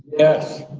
yes.